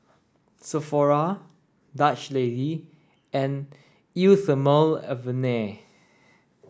Sephora Dutch Lady and Eau Thermale Avene